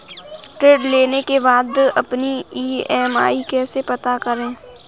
ऋण लेने के बाद अपनी ई.एम.आई कैसे पता करें?